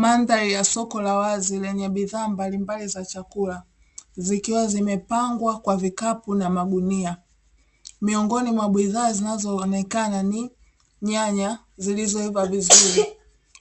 Mandhari ya soko la wazi lenye bidhaa mbalimbali za chakula, zikiwa zimepangwa kwa vikapu na magunia. Miongoni mwa bidhaa zinazoonekana ni nyanya zilizoiva vizuri,